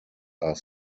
are